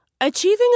Achieving